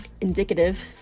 indicative